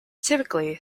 typically